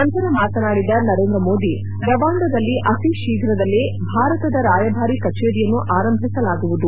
ನಂತರ ಮಾತನಾಡಿದ ನರೇಂದ್ರ ಮೋದಿ ರವಾಂಡದಲ್ಲಿ ಅತಿ ಶೀಘದಲ್ಲೇ ಭಾರತದ ರಾಯಭಾರಿ ಕಚೇರಿಯನ್ನು ಆರಂಭಿಸಲಾಗುವುದು